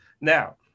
now